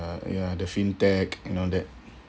uh ya the fintech and now that